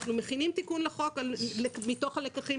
אנחנו מכינים תיקון לחוק מתוך הלקחים